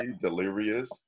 Delirious